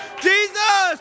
Jesus